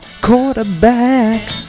quarterback